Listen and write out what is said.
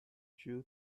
due